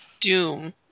Doom